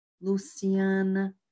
Luciana